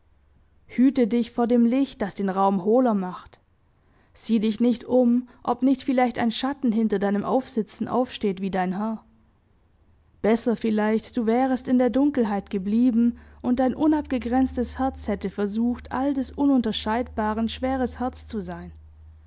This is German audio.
hüte dich vor dem licht das den raum hohler macht sieh dich nicht um ob nicht vielleicht ein schatten hinter deinem aufsitzen aufsteht wie dein herr besser vielleicht du wärest in der dunkelheit geblieben und dein unabgegrenztes herz hätte versucht all des ununterscheidbaren schweres herz zu sein